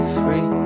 free